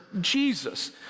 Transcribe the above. Jesus